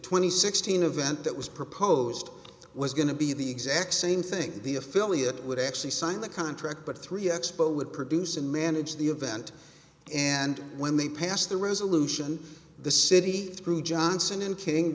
twenty sixteen a vent that was proposed was going to be the exact same thing the affiliate would actually sign the contract but three expos would produce and manage the event and when they passed the resolution the city through johnson ind